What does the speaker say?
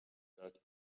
that